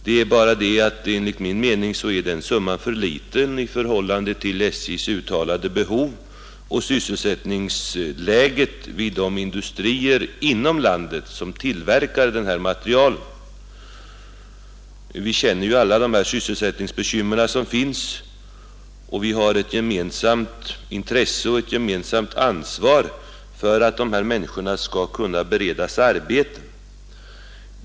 Det är bara det att enligt min mening är den summan för liten i förhållande till SJ:s uttalade behov och sysselsättningsläget vid de industrier inom landet som tillverkar den här materielen. Vi känner ju alla till de sysselsättningsbekymmer som finns, och vi har ett gemensamt intresse och ett gemensamt ansvar för att människorna skall kunna beredas arbete.